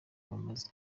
bamaze